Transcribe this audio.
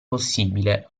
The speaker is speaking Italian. possibile